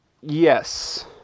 Yes